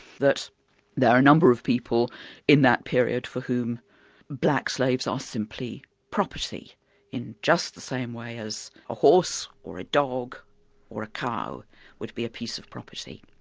that there are a number of people in that period for whom black slaves are simply property in just the same way as a horse or a dog or a cow would be a piece of property.